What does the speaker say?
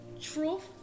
truth